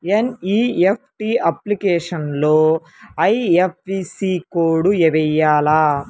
NEFT అప్లికేషన్లో IFSC code వేయాలా?